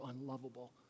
unlovable